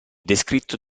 descritto